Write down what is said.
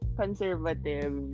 conservative